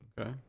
Okay